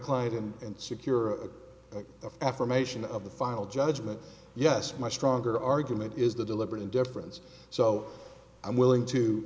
client and secure affirmation of the final judgment yes my stronger argument is the deliberate indifference so i'm willing to